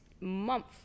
month